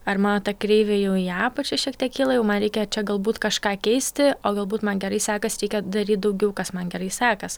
ar mano ta kreivė jau į apačią šiek tiek kyla jau man reikia čia galbūt kažką keisti o galbūt man gerai sekas reikia daryt daugiau kas man gerai sekas